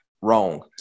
wrong